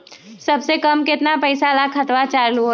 सबसे कम केतना पईसा पर खतवन चालु होई?